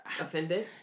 Offended